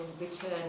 return